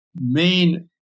main